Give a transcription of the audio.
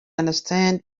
understand